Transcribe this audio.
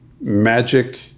magic